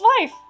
life